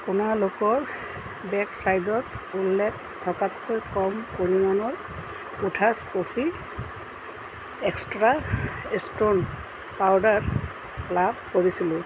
আপোনালোকৰ ৱেবচাইটত উল্লেখ থকাতকৈ কম পৰিমাণৰ কোঠাছ কফি এক্সট্ৰা ষ্ট্ৰং পাউদাৰ লাভ কৰিছিলোঁ